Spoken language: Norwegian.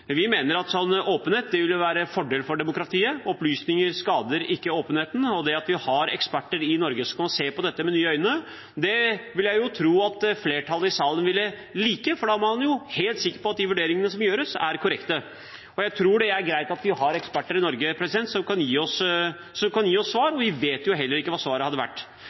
Vi mener at en slik åpenhet ville være en fordel for demokratiet. Opplysninger skader ikke åpenheten. Det at vi har eksperter i Norge som kan se på dette med nye øyne, ville jeg jo tro at flertallet i salen ville like, for da er man helt sikker på at de vurderingene som gjøres, er korrekte. Jeg tror det er greit at vi har eksperter i Norge som kan gi oss svar, og vi vet jo heller ikke hva svaret hadde vært.